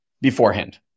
beforehand